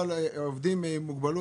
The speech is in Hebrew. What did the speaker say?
מה-6.3%